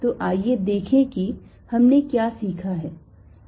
तो आइए देखें कि हमने क्या सीखा है